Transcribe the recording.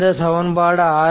இந்த சமன்பாடு 6